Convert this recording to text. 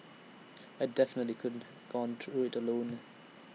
I definitely couldn't have gone through IT alone